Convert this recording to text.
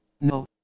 No